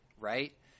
right